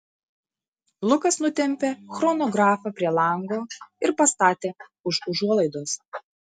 lukas nutempė chronografą prie lango ir pastatė už užuolaidos